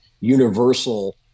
universal